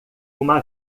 uma